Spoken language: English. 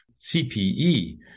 CPE